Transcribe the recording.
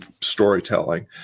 storytelling